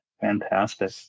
Fantastic